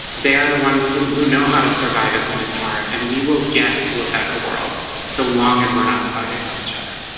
they are the ones who who know how to survive it when it's hard and we will get to a better world so long as we're not divided from each other